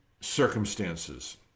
circumstances